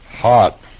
hot